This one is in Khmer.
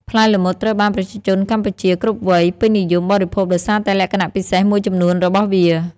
ផ្លែល្មុតត្រូវបានប្រជាជនកម្ពុជាគ្រប់វ័យពេញនិយមបរិភោគដោយសារតែលក្ខណៈពិសេសមួយចំនួនរបស់វា។